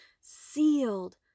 sealed